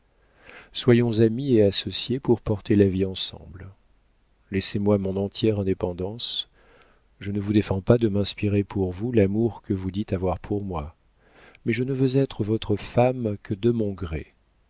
soyons amis et associés pour porter la vie ensemble laissez-moi mon entière indépendance je ne vous défends pas de m'inspirer pour vous l'amour que vous dites avoir pour moi mais je ne veux être votre femme que de mon gré